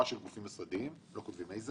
של גופים מוסדיים לא כותבים איזה